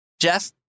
jeff